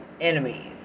enemies